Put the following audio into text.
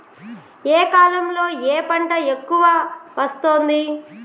ఏ కాలంలో ఏ పంట ఎక్కువ వస్తోంది?